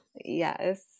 yes